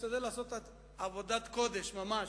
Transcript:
השתדל לעשות עבודת קודש ממש.